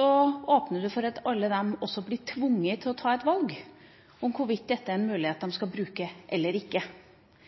åpner man for at alle disse legene også blir tvunget til å ta et valg om hvorvidt dette er en mulighet de skal bruke eller ikke.